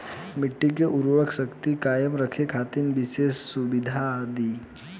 मिट्टी के उर्वरा शक्ति कायम रखे खातिर विशेष सुझाव दी?